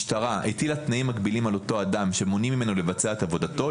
משטרה הטילה תנאים מגבילים על אותו אדם שמונעים ממנו לבצע את עבודתו,